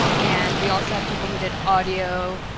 and we also had people who did audio,